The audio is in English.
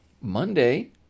Monday